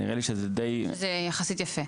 נראה לי שזה די --- שזה יחסית יפה.